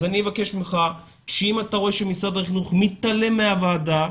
אז אני אבקש ממך שאם אתה רואה שמשרד החינוך מתעלם מהוועדה,